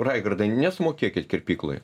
raigardai nesumokėkit kirpykloje